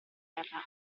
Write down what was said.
terra